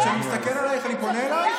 כשאני מסתכל עליך אני פונה אליך?